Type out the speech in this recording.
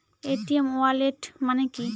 Paytm wallet মানে কি?